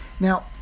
Now